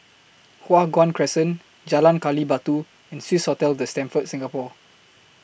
Hua Guan Crescent Jalan Gali Batu and Swissotel The Stamford Singapore